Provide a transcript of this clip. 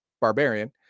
barbarian